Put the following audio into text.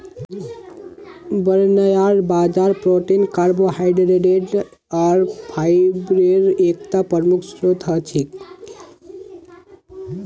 barnyard बाजरा protein carbohydrate आर फाईब्रेर एकता प्रमुख स्रोत छिके